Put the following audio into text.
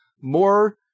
more